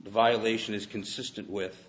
the violation is consistent with